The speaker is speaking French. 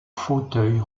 fauteuil